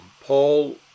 Paul